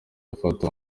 afata